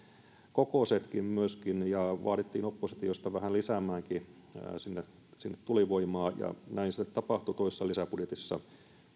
kokoisetkin ja vaadittiin oppositiosta vähän lisäämäänkin sinne sinne tulivoimaa ja näin se tapahtui toisessa lisäbudjetissa